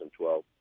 2012